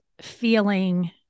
feeling